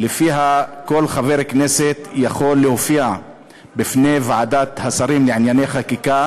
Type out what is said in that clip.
שלפיה כל חבר כנסת יכול להופיע בפני ועדת השרים לענייני חקיקה